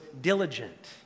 diligent